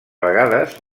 vegades